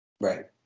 right